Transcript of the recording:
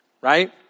right